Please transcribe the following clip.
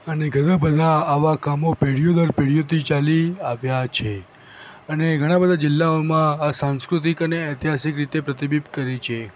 અને ઘણાં બધા આવાં કામો પેઢીઓ દર પેઢીઓથી ચાલી આવ્યાં છે અને ઘણા બધા જિલ્લાઓમાં આ સાંસ્કૃતિક અને ઐતિહાસિક રીતે પ્રતિબિંબ કરે છે